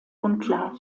unklar